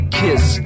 kiss